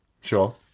Sure